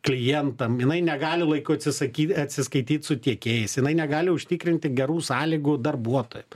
klientam jinai negali laiku atsisakyti atsiskaityt su tiekėjais jinai negali užtikrinti gerų sąlygų darbuotojam